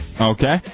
Okay